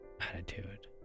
attitude